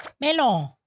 Melon